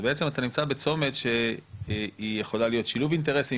בעצם אתה נמצא בצומת שהיא יכולה להיות שילוב אינטרסים,